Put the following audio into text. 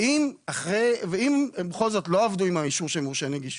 אם בכל זאת הם לא עבדו עם אישור של מורש הנגישות,